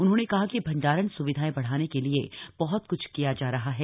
उन्होंने कहा कि भंडारण स्विधाएं बढ़ाने के लिए बहृत क्छ किया जा रहा है